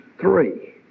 three